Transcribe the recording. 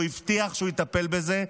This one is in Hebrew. והוא הבטיח לטפל בזה,